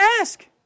ask